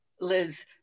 Liz